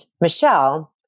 Michelle